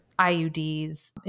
IUDs